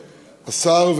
השר,